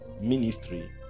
ministry